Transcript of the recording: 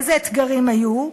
איזה אתגרים היו?